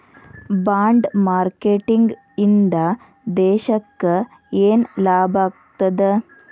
Bond marketing ಇಂದಾ ದೇಶಕ್ಕ ಯೆನ್ ಲಾಭಾಗ್ತದ?